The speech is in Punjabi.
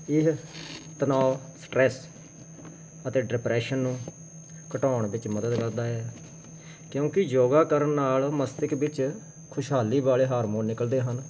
ਇਹ ਤਣਾਅ ਸਟਰੈਸ ਅਤੇ ਡਿਪਰੈਸ਼ਨ ਨੂੰ ਘਟਾਉਣ ਵਿੱਚ ਮਦਦ ਕਰਦਾ ਹੈ ਕਿਉਂਕਿ ਯੋਗਾ ਕਰਨ ਨਾਲ ਮਸਤਕ ਵਿੱਚ ਖੁਸ਼ਹਾਲੀ ਵਾਲੇ ਹਾਰਮੋਨ ਨਿਕਲਦੇ ਹਨ